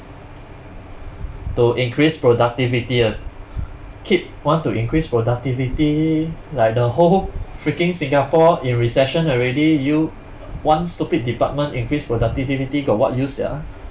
to increase productivity keep want to increase productivity like the whole freaking singapore in recession already you one stupid department increase productivity got what use sia